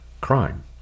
crime